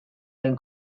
den